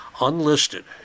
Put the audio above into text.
unlisted